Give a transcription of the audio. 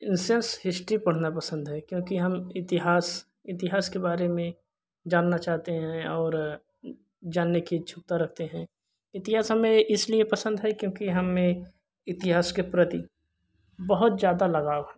इन्सेंस history पढ़ना पसंद है क्योंकि हम इतिहास इतिहास के बारे में जानना चाहते हैं और जानने की इच्छुकता रखते हैं इतिहास हमें इसलिए पसंद है क्योंकि हमें इतिहास के प्रति बहुत ज़्यादा लगाव है